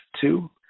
two